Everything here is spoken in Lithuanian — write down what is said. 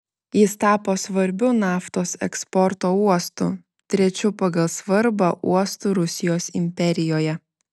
jis tapo svarbiu naftos eksporto uostu trečiu pagal svarbą uostu rusijos imperijoje